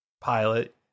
pilot